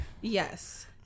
Yes